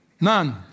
none